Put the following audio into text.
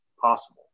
possible